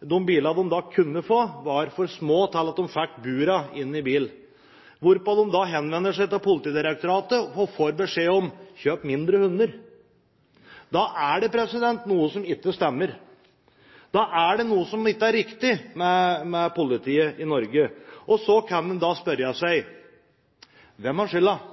De bilene de kunne få, var for små til å få burene inn i bilene – hvorpå de henvender seg til Politidirektoratet og får beskjed om å kjøpe mindre hunder. Da er det noe som ikke stemmer. Da er det noe som ikke er riktig med politiet i Norge. Så kan man da spørre seg: Hvem har